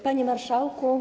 Panie Marszałku!